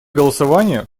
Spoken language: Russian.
голосования